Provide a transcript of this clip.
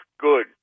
good